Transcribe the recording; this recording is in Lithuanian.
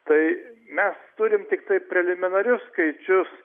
tai mes turim tiktai preliminarius skaičius